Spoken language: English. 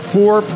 Four